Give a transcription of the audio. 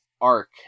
arc